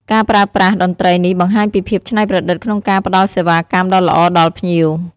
ការប្រើប្រាស់តន្ត្រីនេះបង្ហាញពីភាពច្នៃប្រឌិតក្នុងការផ្តល់សេវាកម្មដ៏ល្អដល់ភ្ញៀវ។